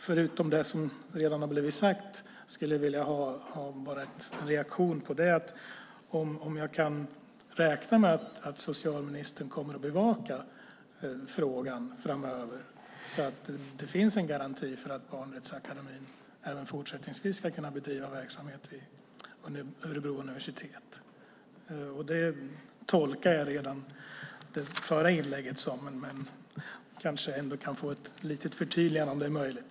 Förutom det som redan har blivit sagt skulle jag bara vilja veta om jag kan räkna med att socialministern kommer att bevaka frågan framöver så att det finns en garanti för att Barnrättsakademin även fortsättningsvis ska kunna bedriva verksamhet vid Örebro universitet. Jag tolkar redan det förra inlägget så, men jag kanske ändå kan få ett litet förtydligande om det är möjligt.